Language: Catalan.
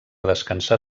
descansar